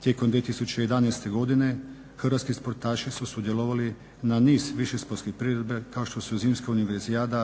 Tijekom 2011.godine hrvatski sportaši su sudjelovali na niz višesportskih priredbi kao što su zimska univerzijada,